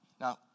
Now